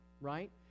right